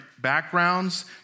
backgrounds